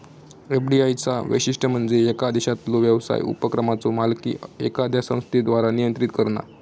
FDI चा वैशिष्ट्य म्हणजे येका देशातलो व्यवसाय उपक्रमाचो मालकी एखाद्या संस्थेद्वारा नियंत्रित करणा